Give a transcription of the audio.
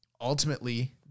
ultimately